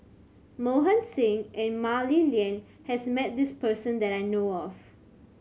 Mohan Singh and Mah Li Lian has met this person that I know of